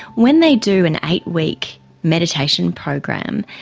when they do an eight-week meditation program,